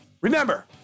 Remember